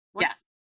Yes